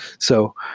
so